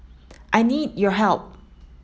I need your help